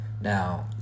Now